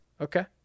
Okay